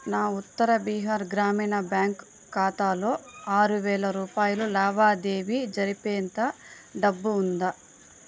నా ఉత్తర బీహార్ గ్రామీణ బ్యాంక్ ఖాతాలో ఆరువేల రూపాయలు లావాదేవీ జరిపేంత డబ్బు ఉందా